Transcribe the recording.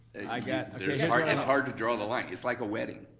yeah it's hard and hard to draw the line. it's like a wedding,